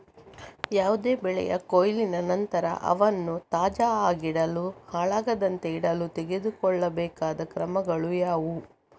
ಯಾವುದೇ ಬೆಳೆಯ ಕೊಯ್ಲಿನ ನಂತರ ಅವನ್ನು ತಾಜಾ ಆಗಿಡಲು, ಹಾಳಾಗದಂತೆ ಇಡಲು ತೆಗೆದುಕೊಳ್ಳಬೇಕಾದ ಕ್ರಮಗಳು ಯಾವುವು?